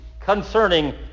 concerning